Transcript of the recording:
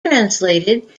translated